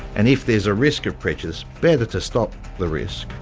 and if there's a risk of prejudice better to stop the risk,